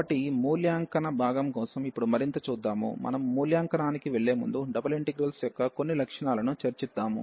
కాబట్టి మూల్యాంకన భాగం కోసం ఇప్పుడు మరింత చూద్దాము మనము మూల్యాంకనానికి వెళ్ళే ముందు డబుల్ ఇంటెగ్రల్స్ యొక్క కొన్ని లక్షణాలను చర్చిద్దాం